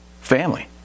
family